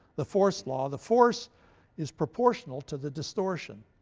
the force law. the force is proportional to the distortion.